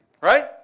right